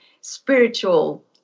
spiritual